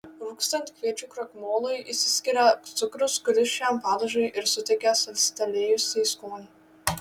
rūgstant kviečių krakmolui išsiskiria cukrus kuris šiam padažui ir suteikia salstelėjusį skonį